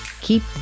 keep